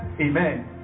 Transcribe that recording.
Amen